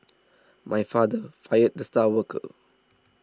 my father fired the star worker